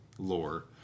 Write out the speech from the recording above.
Lore